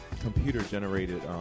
computer-generated